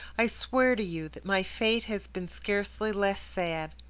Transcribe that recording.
i swear to you that my fate has been scarcely less sad.